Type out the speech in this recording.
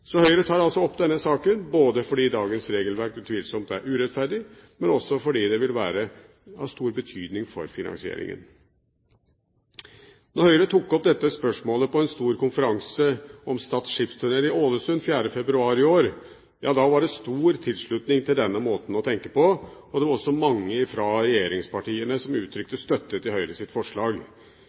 Høyre tar altså opp denne saken fordi dagens regelverk utvilsomt er urettferdig, men også fordi det vil være av stor betydning for finansieringen. Da Høyre tok opp dette spørsmålet på en stor konferanse om Stad skipstunnel i Ålesund 4. februar i år, var det stor tilslutning til denne måten å tenke på. Det var også mange fra regjeringspartiene som uttrykte støtte til Høyres forslag.